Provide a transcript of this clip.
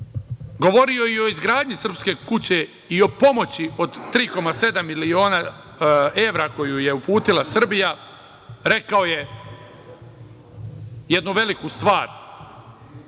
govorio i o izgradnji „Srpske kuće“ i o pomoći od 3,7 miliona evra koju je uputila Srbija. Rekao je jednu veliku stvar,